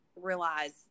realize